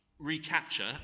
recapture